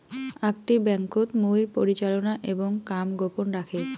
আকটি ব্যাংকোত মুইর পরিচালনা এবং কাম গোপন রাখে